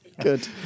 Good